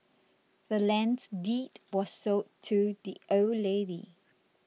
the land's deed was sold to the old lady